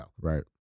Right